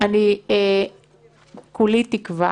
כולי תקווה